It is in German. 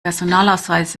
personalausweis